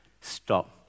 stop